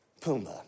Pumbaa